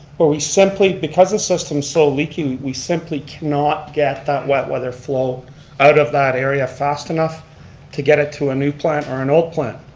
where we simply, because the system's so leaky we simply can not get that wet weather flow out of that area fast enough to get it to a new plant or an old plant.